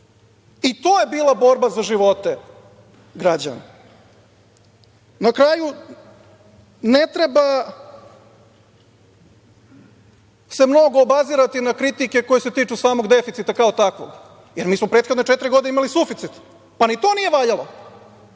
i to je bila borba za živote građana. Na kraju, ne treba se mnogo obazirati na kritike koje se tiču samog deficita kao takvog, jer mi smo prethodne četiri godine imali suficit, pa ni to nije valjalo,